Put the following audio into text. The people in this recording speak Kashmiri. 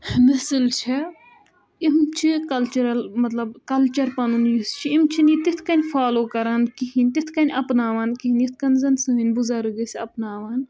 نٔسِل چھےٚ یِم چھِ کَلچرَل مطلب کَلچَر پَنُن یُس چھِ یِم چھِ نہٕ یہِ تِتھ کٔنۍ فالو کَران کِہیٖنۍ تِتھ کٔنۍ اَپناوان کِہیٖنۍ یِتھ کٔنۍ زَن سٲنۍ بُزَرٕگ ٲسۍ اَپناوان